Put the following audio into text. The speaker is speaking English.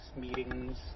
meetings